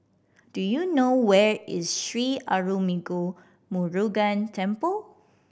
do you know where is Sri Arulmigu Murugan Temple